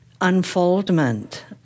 unfoldment